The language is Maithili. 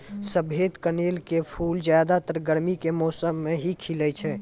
सफेद कनेल के फूल ज्यादातर गर्मी के मौसम मॅ ही खिलै छै